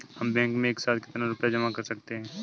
हम बैंक में एक साथ कितना रुपया जमा कर सकते हैं?